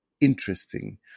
interesting